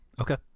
Okay